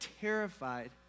terrified